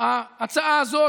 ההצעה הזאת,